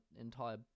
entire